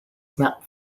snap